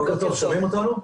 שומעים אותנו?